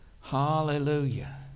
Hallelujah